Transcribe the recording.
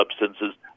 substances